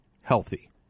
healthy